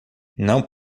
não